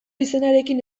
izenarekin